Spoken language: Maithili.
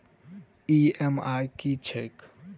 ई.एम.आई की छैक?